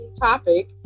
topic